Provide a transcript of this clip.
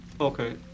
Okay